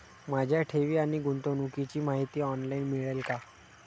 माझ्या ठेवी आणि गुंतवणुकीची माहिती ऑनलाइन मिळेल का?